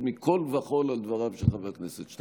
מכול וכול על דבריו של חבר הכנסת שטרן.